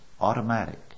automatic